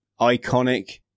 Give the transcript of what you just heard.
iconic